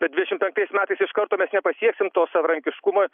bet dvidešim penktais metais iš karto mes nepasieksim to savarankiškumo